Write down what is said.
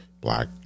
black